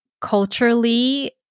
culturally